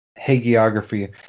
hagiography